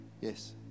Yes